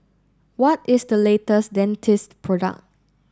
what is the latest Dentiste product